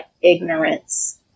ignorance